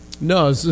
No